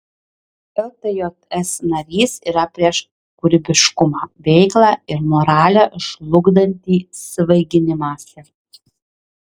ltjs narys yra prieš kūrybiškumą veiklą ir moralę žlugdantį svaiginimąsi